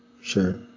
Sure